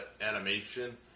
animation